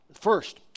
first